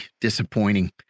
disappointing